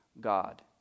God